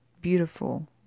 beautiful